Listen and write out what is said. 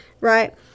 right